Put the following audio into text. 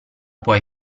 puoi